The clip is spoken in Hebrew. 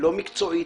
לא מקצועי,